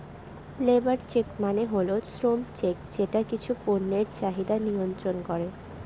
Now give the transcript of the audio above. labour check মানে হল শ্রম চেক যেটা কিছু পণ্যের চাহিদা মিয়ন্ত্রন করে